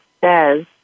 says